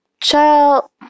Child